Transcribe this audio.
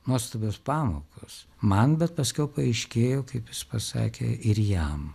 nuostabios pamokos man bet paskiau paaiškėjo kaip jis pasakė ir jam